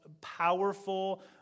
powerful